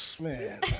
Man